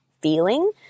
feeling